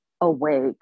awake